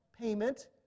payment